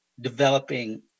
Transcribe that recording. developing